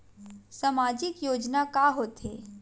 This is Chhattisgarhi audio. सामाजिक योजना का होथे?